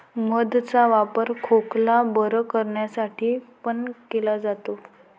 मध चा वापर खोकला बरं करण्यासाठी पण केला जातो